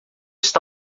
está